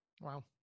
Wow